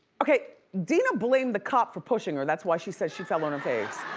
okay, dina blamed the cop for pushing her, that's why she says she fell on her